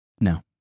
no